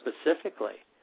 specifically